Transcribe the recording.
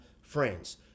friends